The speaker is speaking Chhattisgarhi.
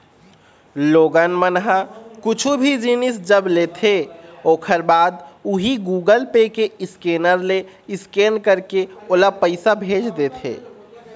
लोगन मन ह कुछु भी जिनिस जब लेथे ओखर बाद उही गुगल पे के स्केनर ले स्केन करके ओला पइसा भेज देथे